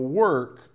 work